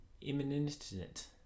Imminent